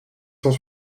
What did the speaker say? cent